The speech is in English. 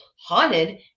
haunted